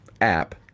app